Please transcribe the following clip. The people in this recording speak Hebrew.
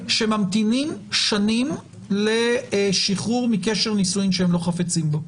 שממתינים שנים לשחרור מקשר נישואין שהם לא חפצים בו.